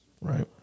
Right